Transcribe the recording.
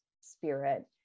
spirit